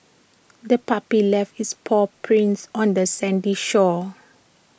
the puppy left its paw prints on the sandy shore